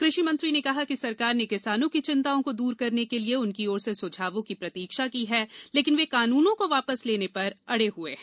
क्रषि मंत्री ने कहा कि सरकार ने किसानों की चिंताओं को दूर करने के लिए उनकी ओर से सुझावों की प्रतिक्षा की लेकिन वे कानूनों को वापस लेने पर अड़े हुए हैं